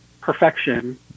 perfection